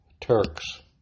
Turks